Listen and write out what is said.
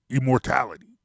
immortality